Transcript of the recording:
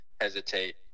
hesitate